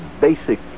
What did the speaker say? basic